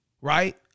right